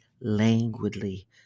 languidly